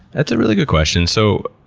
that's a really good question. so,